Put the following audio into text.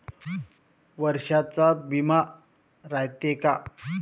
वर्षाचा बिमा रायते का?